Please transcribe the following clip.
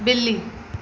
बि॒ली